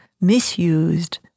misused